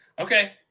Okay